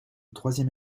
troisième